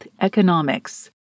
economics